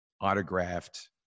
autographed